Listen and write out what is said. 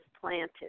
planted